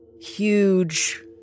Huge